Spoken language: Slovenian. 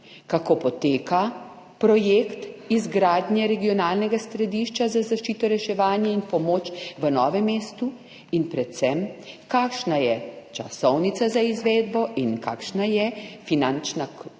Kako poteka projekt izgradnje Regionalnega središča za zaščito, reševanje in pomoč v Novem mestu? Kakšna je časovnica za izvedbo? Kakšna je finančna